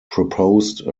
proposed